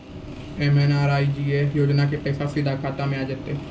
MNREGA योजना के पैसा सीधा खाता मे आ जाते?